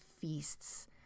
feasts